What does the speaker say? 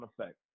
effect